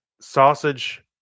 sausage